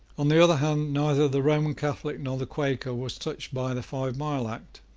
on the other hand, neither the roman catholic nor the quaker was touched by the five mile act,